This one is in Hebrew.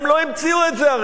הרי הם לא המציאו את זה.